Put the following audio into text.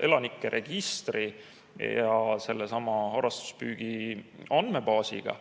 elanike registri ja sellesama harrastuspüügi andmebaasiga,